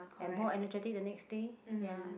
and more energetic the next day